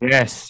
Yes